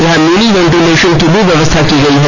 यहां mini ventilation की भी व्यवस्था की गई है